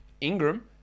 Ingram